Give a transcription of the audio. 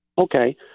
Okay